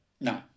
No